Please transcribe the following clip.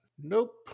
Nope